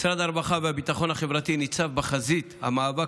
משרד הרווחה והביטחון החברתי ניצב בחזית המאבק